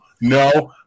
no